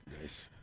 Nice